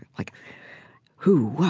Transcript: like who? what?